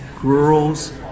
Girls